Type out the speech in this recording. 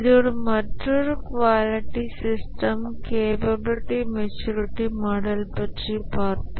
இதோடு மற்றுமொரு quality system capability maturity model பற்றி பார்ப்போம்